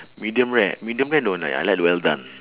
medium rare medium rare don't like I like well done